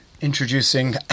introducing